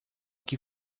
que